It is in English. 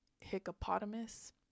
hippopotamus